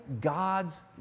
God's